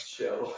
show